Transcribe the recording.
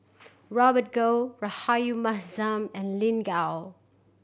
Robert Goh Rahayu Mahzam and Lin Gao